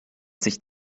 sich